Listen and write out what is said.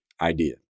idea